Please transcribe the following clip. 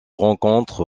rencontre